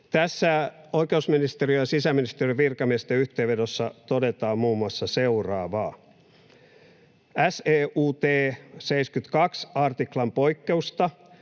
Tässä oikeusministeriön ja sisäministeriön virkamiesten yhteenvedossa todetaan muun muassa seuraavaa: ”SEUT 72 artiklan poikkeusta,